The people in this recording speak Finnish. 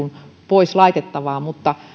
pois laitettavaa mutta